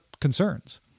concerns